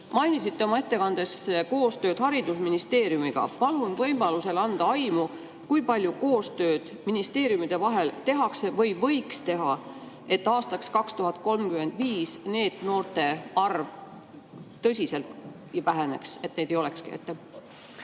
Mainisite oma ettekandes koostööd haridusministeeriumiga. Palun võimalusel anda aimu, kui palju koostööd ministeeriumide vahel tehakse või võiks teha, et aastaks 2035 NEET‑noorte arv tõsiselt väheneks või et neid ei olekski.